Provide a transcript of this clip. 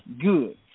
good